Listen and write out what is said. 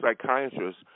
psychiatrist